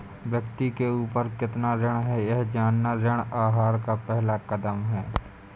व्यक्ति के ऊपर कितना ऋण है यह जानना ऋण आहार का पहला कदम है